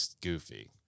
goofy